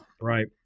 right